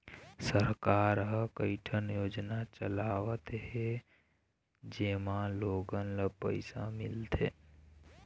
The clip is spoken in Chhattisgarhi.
सरकार ह कइठन योजना चलावत हे जेमा लोगन ल पइसा मिलथे